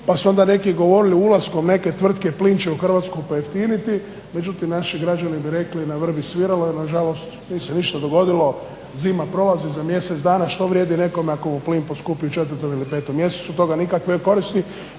pa su onda neki govorili ulaskom neke tvrtke plin će u Hrvatsku pojeftiniti, međutim naši građani bi rekli na vrbi svirala i na žalost nije se ništa dogodilo. Zima prolazi za mjesec dana. Što vrijedi nekome ako mu plin poskupi u četvrtom ili petom mjesecu, od toga nikakve koristi.